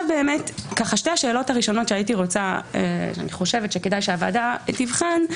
שתי השאלות הראשונות שאני חושבת שכדאי שהוועדה תבחן: